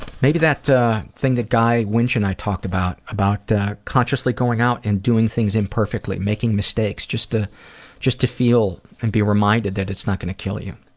maybe that thing that guy winch and i talked about about consciously going out and doing things imperfectly, making mistakes, just ah just to feel and be reminded that it's not going to kill you.